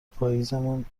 پاییزیمون